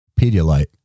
Pedialyte